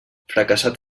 fracassat